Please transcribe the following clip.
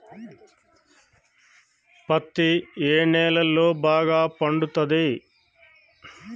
పత్తి ఏ నేలల్లో బాగా పండుతది?